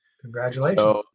Congratulations